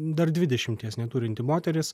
dar dvidešimties neturinti moteris